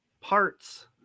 parts